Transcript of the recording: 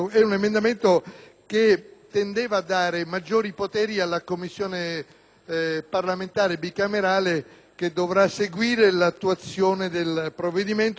parlamentare bicamerale che dovrà seguire l'attuazione del provvedimento nella fase dell'emanazione dei decreti delegati.